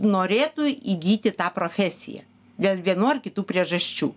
norėtų įgyti tą profesiją dėl vienų ar kitų priežasčių